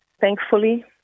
thankfully